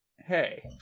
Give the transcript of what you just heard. hey